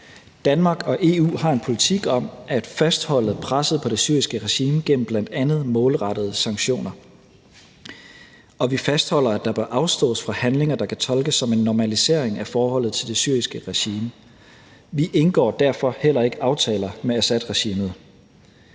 Danmark og EU har en politik om at fastholde presset på det syriske regime gennem bl.a. målrettede sanktioner, og vi fastholder, at der bør afstås fra handlinger, der kan tolkes som en normalisering af forholdet til det syriske regime. Vi indgår derfor heller ikke aftaler med Assadregimet.